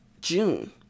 June